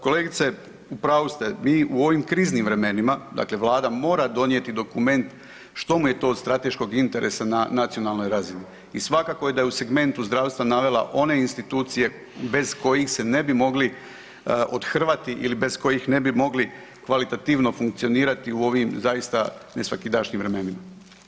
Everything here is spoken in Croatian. Kolegice, u pravu ste, vi u ovim kriznim vremenima, dakle vlada mora donijeti dokument što mu je to od strateškog interesa na nacionalnoj razini i svakako je da je u segmentu zdravstva navela one institucije bez kojih se ne bi mogli othrvati ili bez kojih ne bi mogli kvalitativno funkcionirati u ovim zaista nesvakidašnjim vremenima.